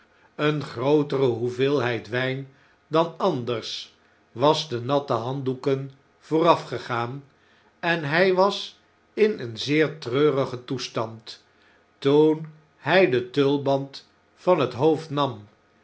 eene grootere hoeveelheid wp dan anders was de natte handdoeken voorafgegaan en hjj was in een zeer treurigen toestand toen luj den tulband van hethoofdnam en